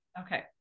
Okay